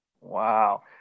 Wow